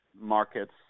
markets